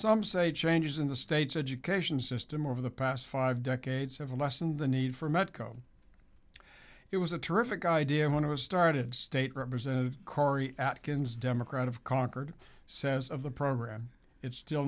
some say changes in the state's education system over the past five decades have lessened the need for medco it was a terrific idea when it was started state representative cory atkins democrat of concord says of the program it's still